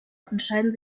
unterscheiden